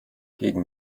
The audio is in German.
gegen